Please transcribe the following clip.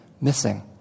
missing